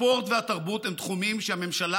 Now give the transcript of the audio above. הספורט והתרבות הם תחומים שהממשלה